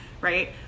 right